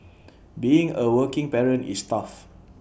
being A working parent is tough